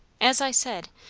as i said,